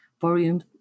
volume